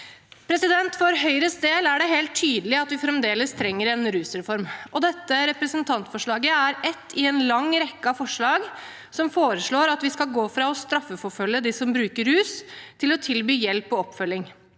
ansvar. For Høyres del er det helt tydelig at vi fremdeles trenger en rusreform, og dette representantforslaget er ett i en lang rekke av forslag som foreslår at vi skal gå fra å straffeforfølge dem som bruker rus, til å tilby hjelp og oppfølging.